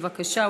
בבקשה,